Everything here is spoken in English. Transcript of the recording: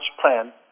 plan